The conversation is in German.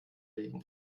legen